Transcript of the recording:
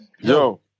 Yo